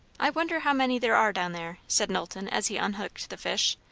i wonder how many there are down there? said knowlton as he unhooked the fish.